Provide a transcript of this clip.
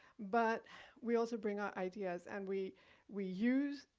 but we also bring our ideas and we we use,